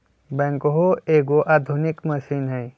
backhoe एगो आधुनिक machine हइ